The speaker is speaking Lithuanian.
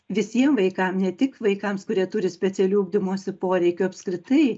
visiem vaikam ne tik vaikams kurie turi specialių ugdymosi poreikių apskritai